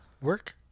Work